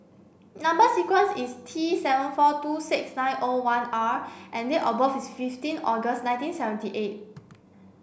number sequence is T seven four two six nine O one R and date of birth is fifteen August nineteen seventy eight